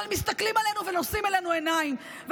אבל מסתכלים עלינו ונושאים אלינו עיניים.